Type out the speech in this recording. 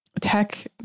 Tech